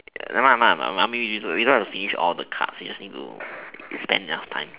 never mind never mind I mean we don't have to finish all the cards just need to spend enough time